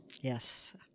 Yes